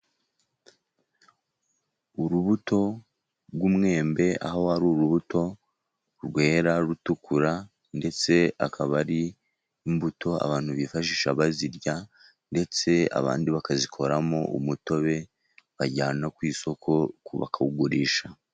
Urubuto rw'umwembe aho ari urubuto rwera rutukura, ndetse akaba ari imbuto abantu bifashisha bazirya, ndetse abandi bakazikoramo umutobe bajyana ku isoko bakawugurisha.